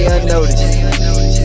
Unnoticed